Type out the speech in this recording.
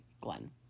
Glenn